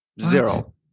Zero